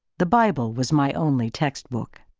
the bible was my only textbook.